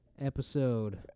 episode